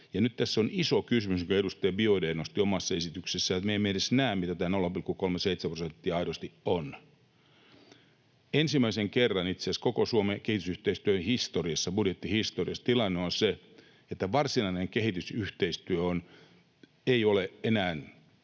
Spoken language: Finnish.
Nyt tässä on se iso kysymys, jonka edustaja Biaudet nosti omassa esityksessään, että me emme edes näe, mitä tämä 0,37 prosenttia aidosti on. Ensimmäisen kerran itse asiassa koko Suomen kehitysyhteistyön budjetin historiassa tilanne on se, että varsinainen kehitysyhteistyö ei ole enää